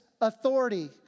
authority